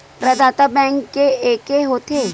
प्रदाता बैंक के एके होथे?